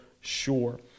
sure